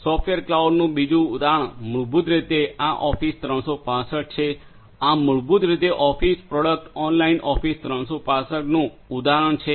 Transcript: software ક્લાઉડનું બીજું ઉદાહરણ મૂળભૂત રીતે આ ઓફિસ 365 છે આ મૂળભૂત રીતે ઓફિસ પ્રોડક્ટ ઓનલાઇન ઓફિસ 365નું ઉદાહરણ છે